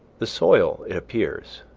the soil, it appears,